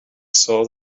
saw